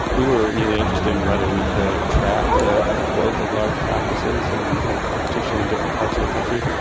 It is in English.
we were really interested in whether we could track the growth of large practices and the competition in different parts of the country.